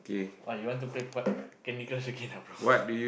what you want to play part Candy-Crush again ah brother